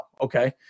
okay